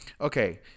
Okay